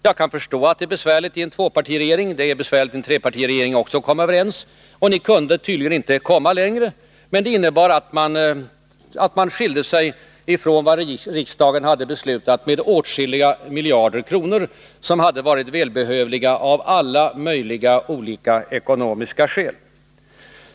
Jag kan förstå att det är besvärligt att komma överens i en tvåpartiregering — det är besvärligt i en trepartiregering också. Ni kunde tydligen inte komma längre. Men det innebar att budgetförslaget skilde sig från vad riksdagen hade beslutat med åtskilliga miljarder kronor, som hade varit välbehövliga av alla möjliga olika ekonomiska skäl.